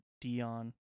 Dion